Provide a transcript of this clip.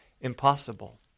impossible